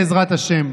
בעזרת השם,